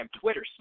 Twitter